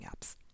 apps